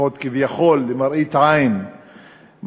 לפחות כביכול, למראית עין,